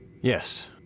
Yes